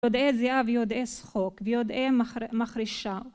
ויודעי זיעה ויודעי שחוק ויודעי מחרשה